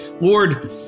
Lord